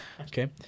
Okay